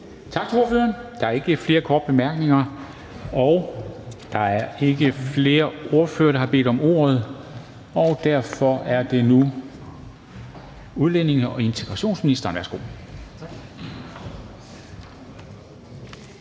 Tak til ordføreren. Der er ikke flere korte bemærkninger. Og der er ikke flere ordførere, der har bedt om ordet, og derfor er det nu udlændinge- og integrationsministeren. Værsgo.